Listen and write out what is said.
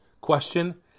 Question